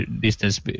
distance